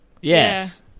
Yes